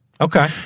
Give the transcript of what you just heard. Okay